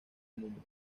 mundo